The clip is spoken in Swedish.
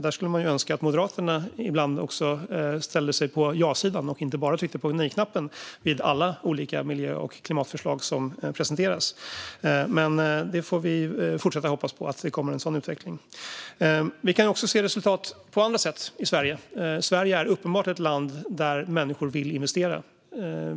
Där skulle man önska att Moderaterna ibland också ställde sig på jasidan och inte bara tryckte på nejknappen vid alla olika miljö och klimatförslag som presenteras. Vi får fortsätta att hoppas på en sådan utveckling. Vi kan också se resultat på andra sätt i Sverige. Sverige är uppenbart ett land där människor vill investera.